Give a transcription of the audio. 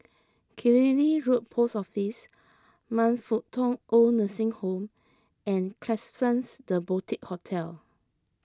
Killiney Road Post Office Man Fut Tong Oid Nursing Home and Klapsons the Boutique Hotel